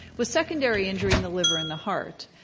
with secondary injury in the liver and the heart,